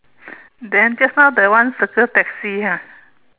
then just now that one circle taxi ha